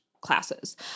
classes